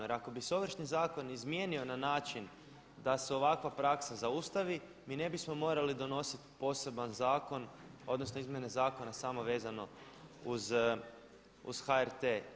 Jer ako bi se Ovršni zakon izmijenio na način da se ovakva praksa zaustavi mi ne bismo morali donositi poseban zakon, odnosno izmjene zakona samo vezano uz HRT.